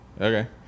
Okay